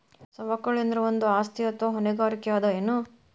ಸವಕಳಿ ಅಂದ್ರ ಒಂದು ಆಸ್ತಿ ಅಥವಾ ಹೊಣೆಗಾರಿಕೆ ಅದ ಎನು?